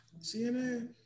CNN